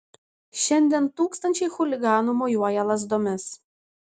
šiandien tūkstančiai chuliganų mojuoja lazdomis